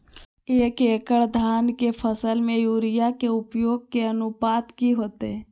एक एकड़ धान के फसल में यूरिया के उपयोग के अनुपात की होतय?